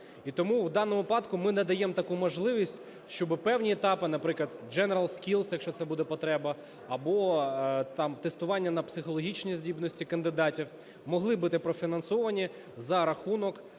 І тому в даному випадку ми надаємо таку можливість, щоб певні етапи, наприклад, General Skills, якщо це буде потреба, або там тестування на психологічні здібності кандидатів, могли бути профінансовані за рахунок